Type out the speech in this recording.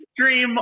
stream